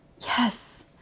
Yes